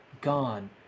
gone